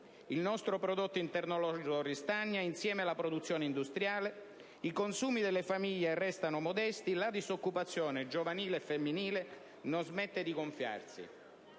Il nostro prodotto interno lordo ristagna insieme alla produzione industriale; i consumi delle famiglie restano modesti; la disoccupazione, giovanile e femminile, non smette di gonfiarsi.